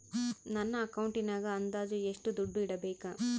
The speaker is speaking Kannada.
ನನ್ನ ಅಕೌಂಟಿನಾಗ ಅಂದಾಜು ಎಷ್ಟು ದುಡ್ಡು ಇಡಬೇಕಾ?